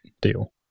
deal